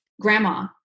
grandma